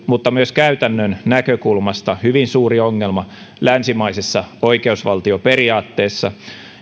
mutta myös käytännön näkökulmasta hyvin suuri ongelma länsimaisessa oikeusvaltioperiaatteessa